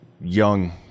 young